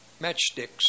matchsticks